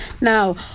Now